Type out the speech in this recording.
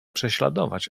prześladować